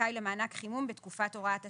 שזכאי למענק חימום בתקופת הוראת השעה.